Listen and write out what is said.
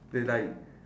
they like